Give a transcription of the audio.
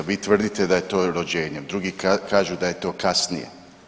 Vi tvrdite da je to rođenjem, drugi kažu da je to kasnije.